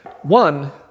One